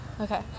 Okay